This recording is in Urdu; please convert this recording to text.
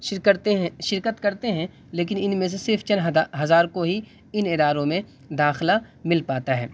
شر کرتے ہیں شرکت کرتے ہیں لیکن ان میں سے صرف چند ہزار کو ہی ان اداروں میں داخلہ مل پاتا ہے